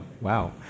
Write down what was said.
Wow